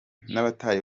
n’abatari